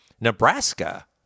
nebraska